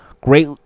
Great